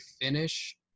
finish